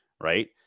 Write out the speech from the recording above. Right